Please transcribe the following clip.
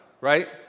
right